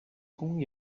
kong